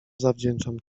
zawdzięczam